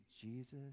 Jesus